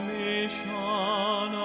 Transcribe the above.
mission